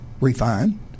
refine